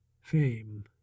fame